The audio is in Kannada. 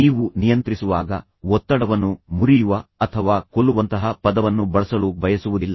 ನೀವು ನಿಯಂತ್ರಿಸುವಾಗ ಒತ್ತಡವನ್ನು ಮುರಿಯುವ ಅಥವಾ ಒತ್ತಡವನ್ನು ಕೊಲ್ಲುವಂತಹ ಪದವನ್ನು ಬಳಸಲು ಬಯಸುವುದಿಲ್ಲ